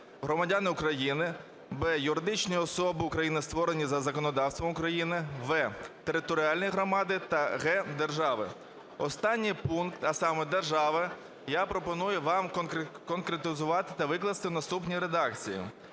Останній пункт, а саме "держави", я пропоную вам конкретизувати та викласти в наступній редакції: